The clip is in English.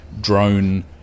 drone